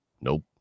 nope